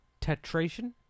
Tetration